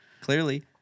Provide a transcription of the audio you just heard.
Clearly